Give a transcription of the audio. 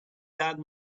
that